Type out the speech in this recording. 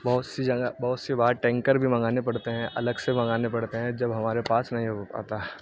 بہت سی جگہ بہت سی بار ٹینکر بھی منگانے پڑتے ہیں الگ سے منگانے پڑتے ہیں جب ہمارے پاس نہیں ہو پاتا